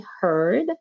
heard